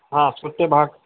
हां सुट्टे भाग